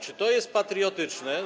Czy to jest patriotyczne.